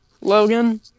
Logan